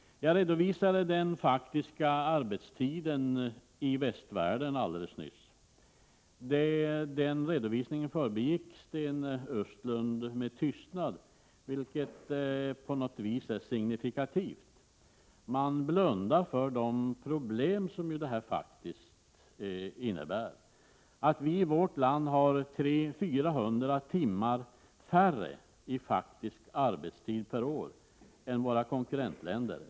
Jag redovisade alldeles nyss den faktiska arbetstiden i västvärlden. Sten Östlund förbegick den redovisningen med tystnad, vilket på något sätt är signifikativt. Man blundar för de problem som det faktiskt för med sig att arbetstagarna i vårt land har ungefär 300-400 timmar färre i faktisk arbetstid per år än i våra konkurrentländer.